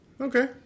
Okay